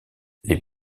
les